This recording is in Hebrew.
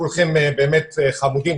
כולכם באמת חמודים,